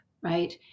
right